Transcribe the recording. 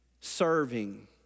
serving